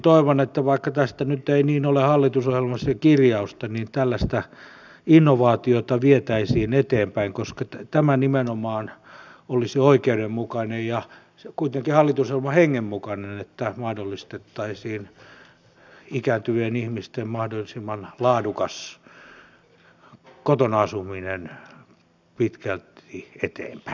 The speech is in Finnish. toivon että vaikka tästä nyt ei niin ole hallitusohjelmassa kirjausta niin tällaista innovaatiota vietäisiin eteenpäin koska tämä nimenomaan olisi oikeudenmukainen ja kuitenkin hallitusohjelman hengen mukainen että mahdollistettaisiin ikääntyvien ihmisten mahdollisimman laadukas kotona asuminen pitkälti eteenpäin